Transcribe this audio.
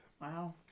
Wow